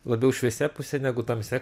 labiau šviesia puse negu tamsia